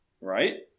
Right